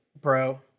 bro